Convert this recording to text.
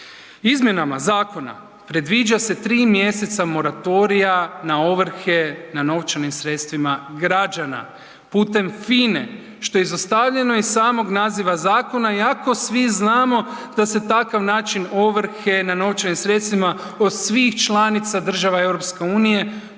Izmjenama zakona predviđa se 3 mj. moratorija na ovrhe na novčanim sredstvima građana putem FINA-e što je izostavljeno iz samog naziva zakona iako svi znamo da se takav način ovrhe na novčanim sredstvima od svih članica država EU-a